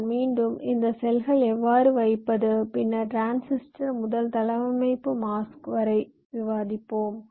பின்னர் மீண்டும் இந்த செல்கள் எவ்வாறு வைப்பது பின்னர் டிரான்சிஸ்டர் முதல் தளவமைப்பு மாஸ்க் வரை விவாதிப்போம்